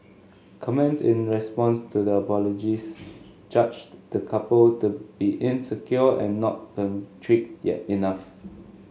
comments in response to the apologies judged the couple to be insecure and not contrite yet enough